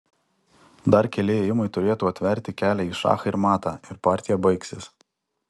dar keli ėjimai turėtų atverti kelią į šachą ir matą ir partija baigsis